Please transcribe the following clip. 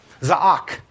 za'ak